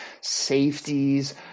safeties